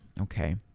Okay